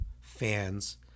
fans